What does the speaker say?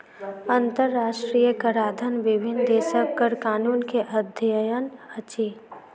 अंतरराष्ट्रीय कराधन विभिन्न देशक कर कानून के अध्ययन अछि